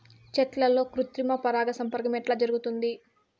చెట్లల్లో కృత్రిమ పరాగ సంపర్కం ఎట్లా జరుగుతుంది?